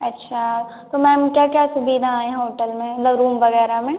अच्छा तो मैम क्या क्या सुविधा हैं होटल में मतलब रूम वग़ैरह में